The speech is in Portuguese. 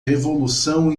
revolução